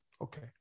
Okay